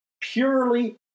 purely